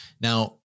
Now